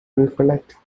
recollect